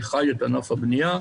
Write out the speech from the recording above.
אני חי את ענף הבנייה.